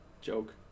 Joke